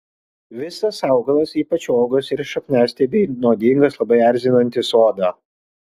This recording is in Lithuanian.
visas augalas ypač uogos ir šakniastiebiai nuodingas labai erzinantis odą